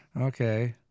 okay